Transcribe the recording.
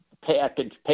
package